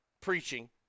preaching